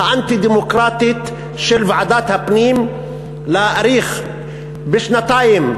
האנטי-דמוקרטית של ועדת הפנים להאריך בשנתיים,